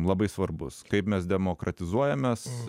labai svarbus kaip mes demokratizuojamės